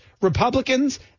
Republicans